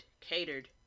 catered